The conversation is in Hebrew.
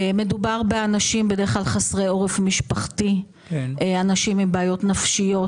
מדובר בדרך כלל באנשים חסרי עורף משפחתי; אנשים עם בעיות נפשיות,